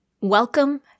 Welcome